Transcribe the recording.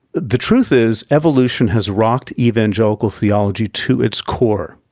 the truth is, evolution has rocked evangelical theology to its core.